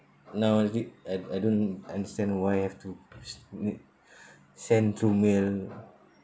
now already I I don't understand why have to s~ n~ send through mail